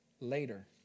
later